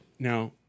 Now